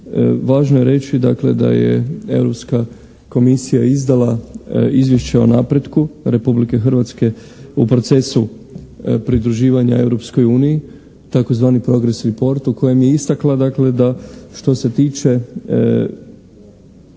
važno je reži dakle da je Europska komisija izdala izvješće o nepretku Republike Hrvatske u procesu pridruživanja Europskoj uniji tzv. progres report u kojem je istakla da što se tiče